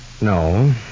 No